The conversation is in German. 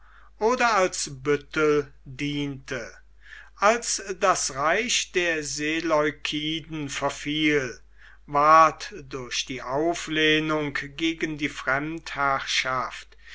oder auch als büttel diente als das reich der seleukiden verfiel ward durch die auflehnung gegen die fremdherrschaft